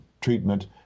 treatment